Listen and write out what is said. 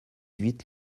huit